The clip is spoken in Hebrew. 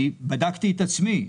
בדקתי את עצמי,